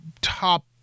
top